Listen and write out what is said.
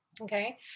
okay